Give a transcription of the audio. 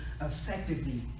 effectively